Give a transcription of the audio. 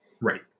Right